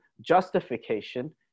justification